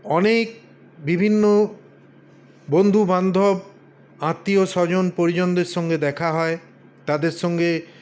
অনেক বিভিন্ন বন্ধুবান্ধব আত্মীয়স্বজন পরিজনদের সঙ্গে দেখা হয় তাদের সঙ্গে